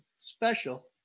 special